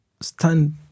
stand